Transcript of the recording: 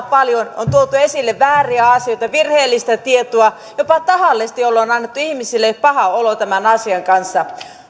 paljon on tuotu esille vääriä asioita virheellistä tietoa jopa tahallisesti jolloin on annettu ihmisille paha olo tämän asian kanssa